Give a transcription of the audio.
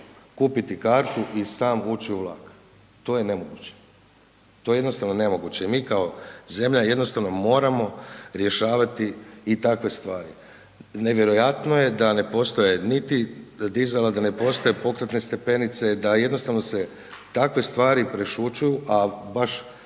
kupiti kartu i sam ući u vlak. To je nemoguće, to je jednostavno nemoguće. Mi kao zemlja jednostavno moramo rješavati i takve stvari. Nevjerojatno je da ne postoje niti dizala, da ne postoje pokretne stepenice, da jednostavno se takve stvari prešućuju a baš